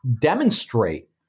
demonstrate